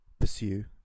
pursue